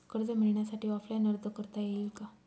कर्ज मिळण्यासाठी ऑफलाईन अर्ज करता येईल का?